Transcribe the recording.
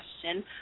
question